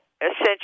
essential